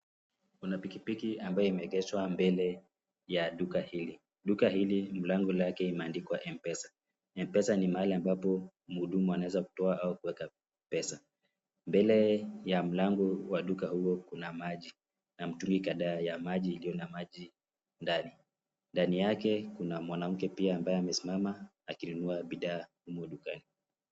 Kuna pikipiki ambayo imeegeshwa mbele ya duka hili, duka hili mlango lake imeandikwa Mpesa. Mpesa ni mahali ambapo mhudumu anaweza toa ama kuweka pesa, mbele ya mlango wa duka huo kuna maji na mitungi kadhaa ya maji iliyo na maji ndani, ndani yake kuna mwanamke pia ambaye amesimama akinunua bidhaa humo dukani.